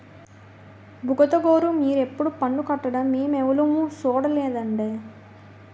బుగతగోరూ మీరెప్పుడూ పన్ను కట్టడం మేమెవులుమూ సూడలేదండి